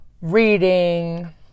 reading